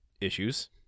issues